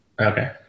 Okay